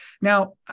Now